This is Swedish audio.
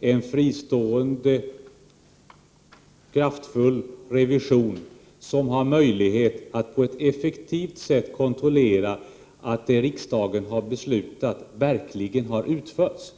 en fristående kraftfull revision som har möjlighet att på ett effektivt sätt kontrollera att det riksdagen har beslutat verkligen har utförts.